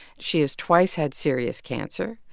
she has twice had serious cancer.